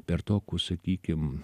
per tokius sakykim